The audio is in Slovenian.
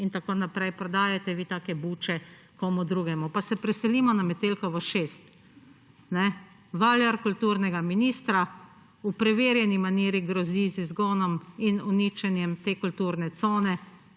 in tako naprej. Prodajajte vi take buče komu drugemu. Pa se preselimo na Metelkovo 6. Valjar kulturnega ministra v preverjeni maniri grozi z izgonom in uničenjem te kulturne cone